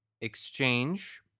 exchange